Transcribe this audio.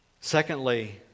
Secondly